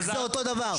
זה אותו דבר.